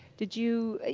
did you,